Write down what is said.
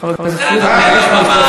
חבר הכנסת פריג',